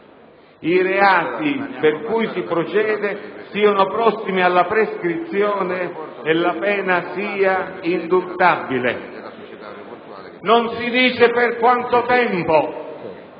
i reati per cui si procede siano prossimi alla prescrizione e la pena sia indultabile; non si dice però per quanto tempo: